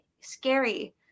scary